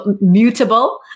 mutable